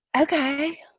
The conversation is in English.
Okay